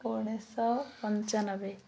ଉଣେଇଶି ଶହ ପଞ୍ଚାନବେ